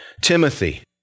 Timothy